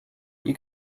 you